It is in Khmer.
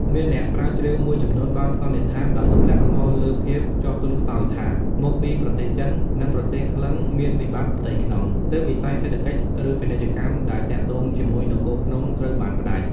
មានអ្នកស្រាវជ្រាវមួយចំនួនបានសន្និដ្ឋាន ដោយទម្លាក់កំហុសលើភាព ចុះទន់ខ្សោយថា មកពីប្រទេសចិន និងប្រទេសក្លិង្គមានវិបត្តិផ្ទៃក្នុង ទើបវិស័យ សេដ្ឋកិច្ច ឬពាណិជ្ជកម្មដែលទាក់ទងជាមួយនគរភ្នំត្រូវបានផ្តាច់។